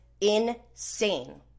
insane